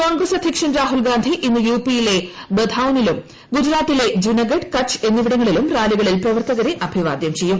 കോൺഗ്രസ് അധ്യക്ഷൻ രാഹുൽഗാന്ധി ഇന്ന് U P യിലെ ബധൌനിലും ഗുജറാത്തിലെ ജുനഗഡ് കച്ച് എന്നിവിടങ്ങളിലും റാലികളിൽ പ്രവർത്തകരെ അഭിവാദ്യം ചെയ്യും